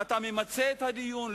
אתה ממצה את הדיון,